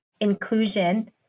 inclusion